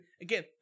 again